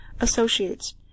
associates